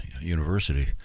University